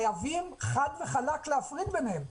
חייבים חד וחלק להפריד ביניהן.